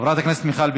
חברת הכנסת מיכל בירן,